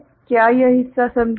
क्या यह हिस्सा समझे आप